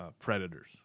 predators